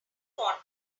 want